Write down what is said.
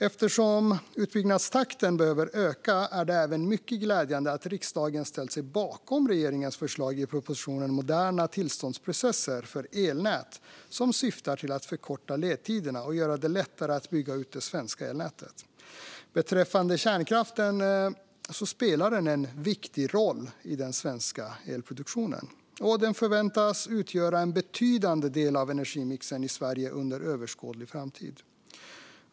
Eftersom utbyggnadstakten behöver öka är det även mycket glädjande att riksdagen ställt sig bakom regeringens förslag i propositionen Moderna tillståndsprocesser för elnät som syftar till att förkorta ledtiderna och göra det lättare att bygga ut det svenska elnätet. Beträffande kärnkraften så spelar den en viktig roll i den svenska elproduktionen, och den förväntas utgöra en betydande del av energimixen i Sverige under överskådlig framtid.